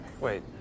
Wait